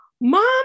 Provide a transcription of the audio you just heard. mom